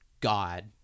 god